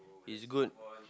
is good